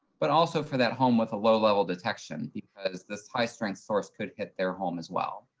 but also for that home with a low-level detection, because this high-strength source could hit their home as well.